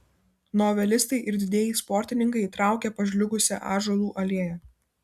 novelistai ir didieji sportininkai traukė pažliugusia ąžuolų alėja